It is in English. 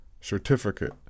certificate